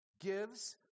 gives